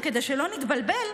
באמת, לא דיברתי.